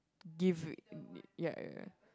give ya ya ya